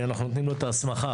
אנחנו נותנים לו את ההסמכה